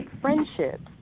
friendships